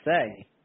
say